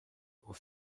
aux